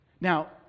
Now